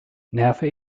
nerve